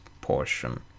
portion